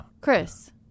Chris